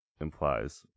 implies